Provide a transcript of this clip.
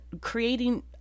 creating